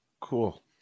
Cool